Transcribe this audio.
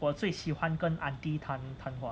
我最喜欢跟 aunty 谈谈话